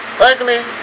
Ugly